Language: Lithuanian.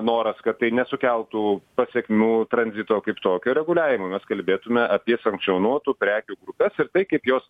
noras kad tai nesukeltų pasekmių tranzito kaip tokio reguliavimui mes kalbėtume apie sankcionuotų prekių grupes ir tai kaip jos